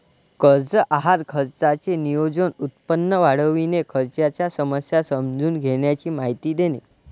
कर्ज आहार खर्चाचे नियोजन, उत्पन्न वाढविणे, खर्चाच्या समस्या समजून घेण्याची माहिती देणे